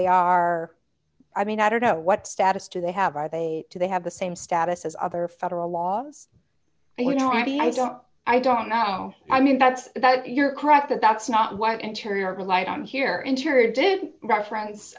they are i mean i don't know what status do they have are they do they have the same status as other federal laws and you know i mean i don't i don't know i mean that's that you're correct that that's not why interior light i'm here interior did not friends